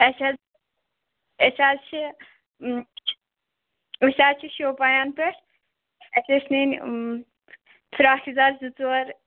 اسہِ حظ چھِ اسہِ حظ چھِ أسۍ حظ چھِ شوپیاں پیٚٹھٕ أسۍ ٲسۍ نِنۍ فِراکھ یَزار زٕ ژور